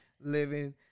living